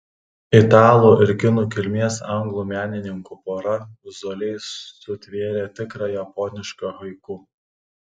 italų ir kinų kilmės anglų menininkų pora vizualiai sutvėrė tikrą japonišką haiku